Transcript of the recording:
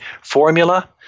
formula